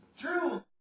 True